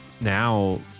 now